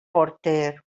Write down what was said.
porter